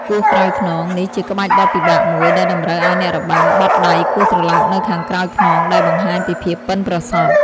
គោះក្រោយខ្នង នេះជាក្បាច់ដ៏ពិបាកមួយ ដែលតម្រូវឱ្យអ្នករបាំបត់ដៃគោះត្រឡោកនៅខាងក្រោយខ្នង ដែលបង្ហាញពីភាពប៉ិនប្រសប់។